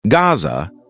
Gaza